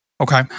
Okay